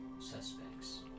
suspects